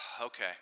okay